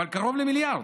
אבל קרוב למיליארד.